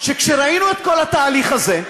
שכשראינו את כל התהליך הזה,